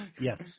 Yes